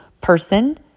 person